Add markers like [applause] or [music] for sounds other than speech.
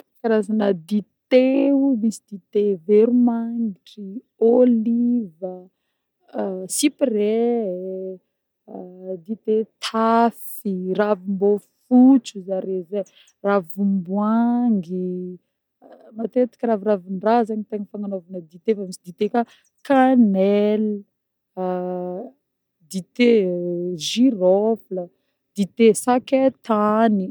Karazagna dite-o: misy dite veromagnitry, oliva, [hesitation] cyprés, [hesitation] dite taf, ravombôfotsy ozy zare zegny, ravomboangy, [hesitation] matetiky ravirandraha zegny tegna fagnanôvana dite fa misy dite koà canel, dite girofla, dite saketany.